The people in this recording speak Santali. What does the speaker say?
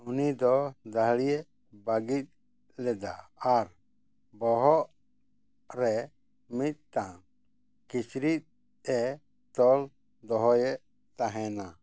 ᱩᱱᱤ ᱫᱚ ᱫᱟᱹᱲᱤ ᱵᱟᱹᱜᱤ ᱞᱮᱫᱟ ᱟᱨ ᱵᱚᱦᱚᱜ ᱨᱮ ᱢᱤᱫᱴᱟᱱ ᱠᱤᱪᱨᱤᱡ ᱮ ᱛᱚᱞ ᱫᱚᱦᱚᱭᱮᱫ ᱛᱟᱦᱮᱱᱟ